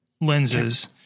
lenses